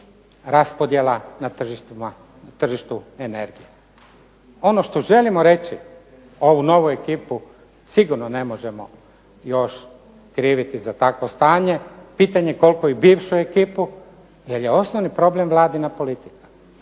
raspodjela na tržištu energije. Ono što želimo reći ovu novu ekipu sigurno ne možemo još kriviti za takvo stanje, pitanje koliko i bivšu ekipu, jer je osnovni problem Vladina politika.